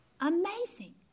Amazing